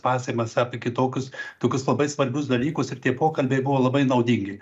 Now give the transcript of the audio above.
pasekmes apie kitokius tokius labai svarbius dalykus ir tie pokalbiai buvo labai naudingi